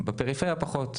בפריפריה פחות.